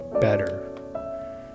better